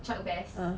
chuck best